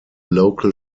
local